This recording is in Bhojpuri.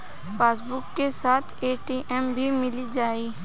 पासबुक के साथ ए.टी.एम भी मील जाई?